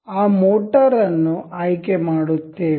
ಆ ಮೋಟರ್ ಅನ್ನು ಆಯ್ಕೆ ಮಾಡುತ್ತೇವೆ